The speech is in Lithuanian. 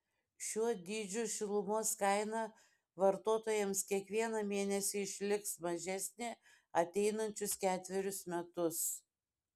šiuo dydžiu šilumos kaina vartotojams kiekvieną mėnesį išliks mažesnė ateinančius ketverius metus